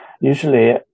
usually